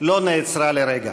לא נעצרה לרגע.